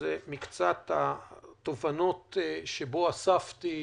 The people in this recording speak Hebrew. זה מקצת התובנות שאספתי